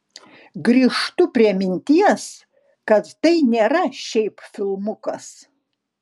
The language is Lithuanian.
grįžtu prie minties kad tai nėra šiaip filmukas